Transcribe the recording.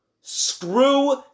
Screw